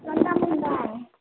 बिसिबां दाम होनदां